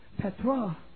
Petra